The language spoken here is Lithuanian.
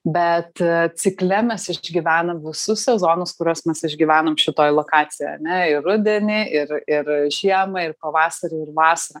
bet cikle mes išgyvenam visus sezonus kuriuos mes išgyvenom šitoj lokacijoj ane ir rudenį ir ir žiemą ir pavasarį ir vasarą